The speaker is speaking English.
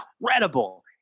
incredible